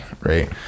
right